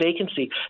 vacancy